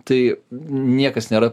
tai niekas nėra